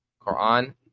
Quran